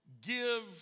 give